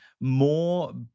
more